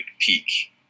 peak